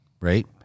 right